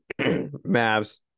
Mavs